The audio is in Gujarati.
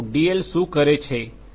એલ શું કરે છે